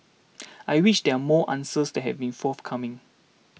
I wish that more answers had been forthcoming